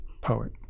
poet